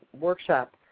workshop